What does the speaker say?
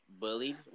Bullied